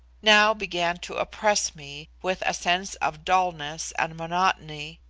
now began to oppress me with a sense of dulness and monotony.